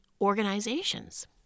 organizations